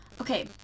Okay